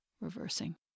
reversing